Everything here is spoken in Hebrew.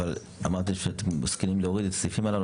אמרתם שמסכימים להוריד את הסעיפים הללו,